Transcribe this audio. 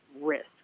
risk